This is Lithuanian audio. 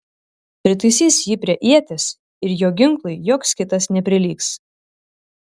pritaisys jį prie ieties ir jo ginklui joks kitas neprilygs